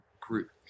group